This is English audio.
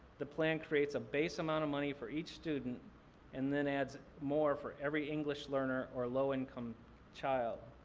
the plan creates a base amount of money for each student and then adds more for every english learner or low-income child.